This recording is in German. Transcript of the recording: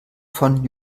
von